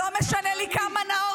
-- אני מבהירה לכם,